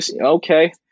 Okay